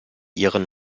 ihren